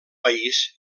país